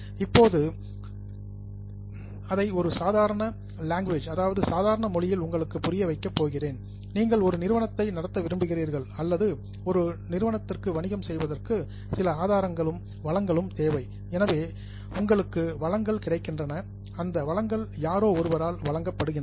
இப்போது அதை ஒரு லேமேன் லாங்குவேஜ் அதாவது சாதாரண மொழியில் உங்களுக்கு புரிய வைக்கப் போகிறேன் நீங்கள் ஒரு நிறுவனத்தை நடத்த விரும்புகிறீர்கள் அல்லது எந்த ஒரு நிறுவனத்துக்கும் வணிகம் செய்வதற்கு சில ஆதாரங்களும் வளங்களும் தேவை எனவே உங்களுக்கு ரிசோர்சஸ் வளங்கள் கிடைக்கின்றன அந்த ரிசோர்சஸ் வளங்கள் யாரோ ஒருவரால் வழங்கப்படுகின்றன